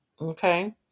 Okay